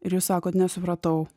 ir jūs sakot nesupratau